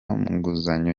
nguzanyo